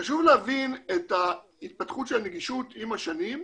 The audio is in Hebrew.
חשוב להבין את ההתפתחות של הנגישות עם השנים,